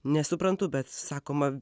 nesuprantu bet sakoma